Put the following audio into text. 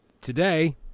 Today